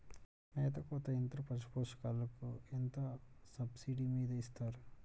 మేత కోత యంత్రం పశుపోషకాలకు ఎంత సబ్సిడీ మీద ఇస్తారు?